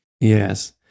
Yes